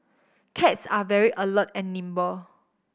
cats are very alert and nimble